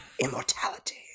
immortality